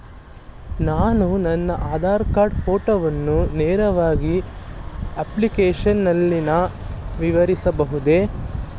ನಾನು ನನ್ನ ಆಧಾರ್ ಕಾರ್ಡ್ ಫೋಟೋವನ್ನು ನೇರವಾಗಿ ಅಪ್ಲಿಕೇಶನ್ ನಲ್ಲಿ ನವೀಕರಿಸಬಹುದೇ?